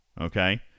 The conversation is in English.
Okay